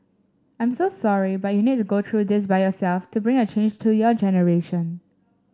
I'm so sorry but you need to go through this by yourself to bring a change to your generation